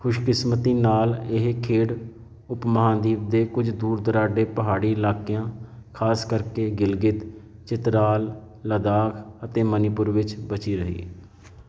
ਖੁਸ਼ਕਿਸਮਤੀ ਨਾਲ ਇਹ ਖੇਡ ਉਪ ਮਹਾਂਦੀਪ ਦੇ ਕੁਝ ਦੂਰ ਦੁਰਾਡੇ ਪਹਾੜੀ ਇਲਾਕਿਆਂ ਖਾਸ ਕਰਕੇ ਗਿਲਗਿਤ ਚਿਤਰਾਲ ਲੱਦਾਖ ਅਤੇ ਮਣੀਪੁਰ ਵਿੱਚ ਬਚੀ ਰਹੀ